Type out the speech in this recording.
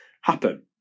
happen